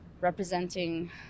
representing